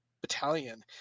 battalion